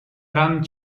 ran